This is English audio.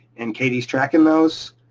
and katie's tracking those.